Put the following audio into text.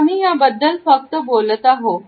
आम्ही याबद्दल फक्त बोलत आहोत